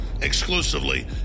exclusively